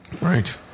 Right